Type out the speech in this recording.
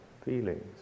feelings